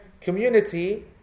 community